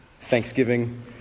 Thanksgiving